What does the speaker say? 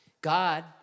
God